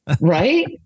Right